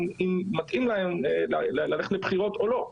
אם מתאים לה ללכת לבחירות או לא.